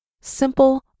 Simple